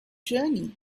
journey